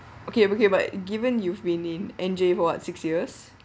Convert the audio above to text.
okay okay but given you've been in N_J for what six years